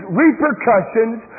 repercussions